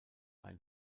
ein